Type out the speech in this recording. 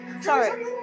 Sorry